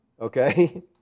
Okay